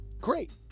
great